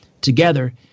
Together